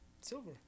silver